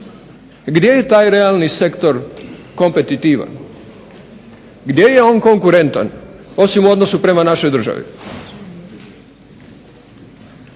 Gdje je taj realni sektor kompetitivan? Gdje je on konkurentan osim u odnosu prema našoj državi?